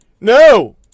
No